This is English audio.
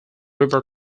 river